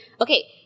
Okay